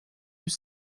yüz